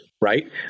right